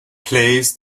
plays